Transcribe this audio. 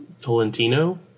Tolentino